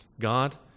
God